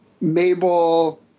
Mabel